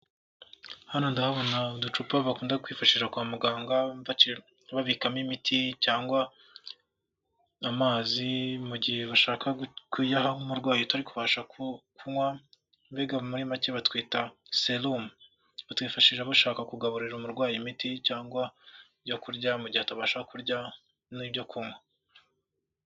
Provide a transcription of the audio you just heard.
Hano ndabona uducupa bakunda kwifashisha kwa muganga babikamo imiti cyangwa amazi mu gihe bashaka kuyaha umurwayi utari kubasha kunywa mbega muri make batwita serumu. Batwifashisha bashaka kugaburira umurwayi imiti cyangwa ibyo kurya mu mugihe atabasha kurya n'ibyo kunywa.